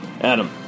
Adam